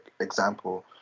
example